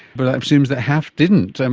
but that assumes that half didn't.